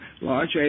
large